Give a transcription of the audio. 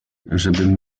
żebym